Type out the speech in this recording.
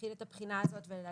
להתחיל את הבחינה הזאת ולהציג